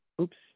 oops